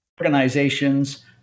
Organizations